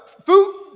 food